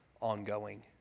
ongoing